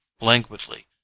languidly